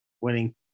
winning